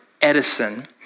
Edison